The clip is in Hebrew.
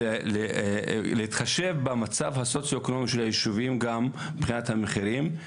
להתחשב במצב הסוציואקונומי של היישובים גם מבחינת המחירים.